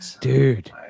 dude